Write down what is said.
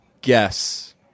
guess